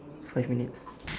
five minutes